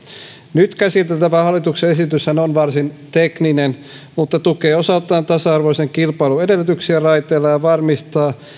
nyt käsiteltävä hallituksen esityshän on varsin tekninen mutta tukee osaltaan tasa arvoisen kilpailun edellytyksiä raiteilla ja nimenomaan varmistaa